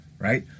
right